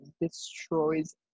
destroys